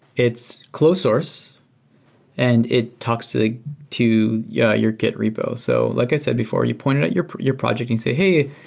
it's close source and it talks the yeah your git repo. so like i said before, you point it at your your project and say, hey,